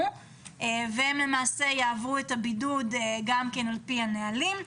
והם יעברו את הבידוד גם על פי הנהלים.